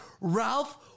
ralph